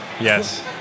yes